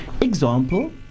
Example